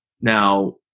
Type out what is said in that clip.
Now